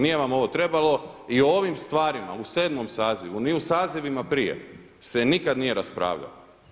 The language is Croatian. Nije vam ovo trebalo i o ovim stvarima u 7. sazivu ni u sazivima prije se nikad nije raspravljalo.